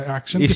action